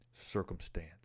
circumstance